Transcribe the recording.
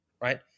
right